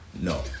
No